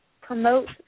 promote